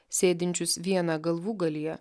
sėdinčius vieną galvūgalyje